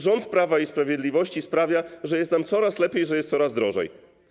Rząd Prawa i Sprawiedliwości sprawia, że jest nam coraz lepiej, że jest coraz drożej.